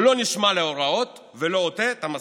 הוא לא נשמע להוראות ולא עוטה את המסכות.